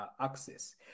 access